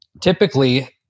Typically